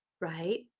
right